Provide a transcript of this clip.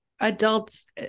adults